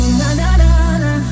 na-na-na-na